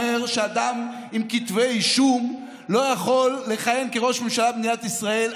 אומר שאדם עם כתבי אישום לא יכול לכהן כראש ממשלה במדינת ישראל.